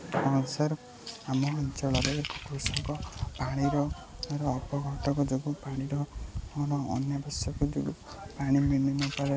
ହଁ ସାର୍ ଆମ ଅଞ୍ଚଳରେ କୃଷକ ପାଣିର ଅବଗତକ ଯୋଗୁଁ ପାଣିର ଅନ୍ୟବଶ୍ୟକ ଯୋଗୁଁ ପାଣି ମିଳିନପାରେ